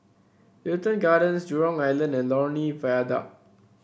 Wilton Gardens Jurong Island and Lornie Viaduct